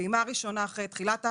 פעימה ראשונה אחרי תחילת ההכשרה,